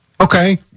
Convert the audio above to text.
Okay